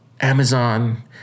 Amazon